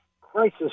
crisis